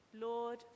Lord